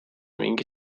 mingi